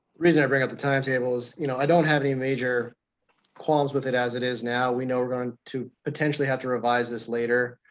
reason i bring up the timetable is you know i don't have any major qualms with it as it is now. we know we're going to potentially have to revise this later.